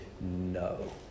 no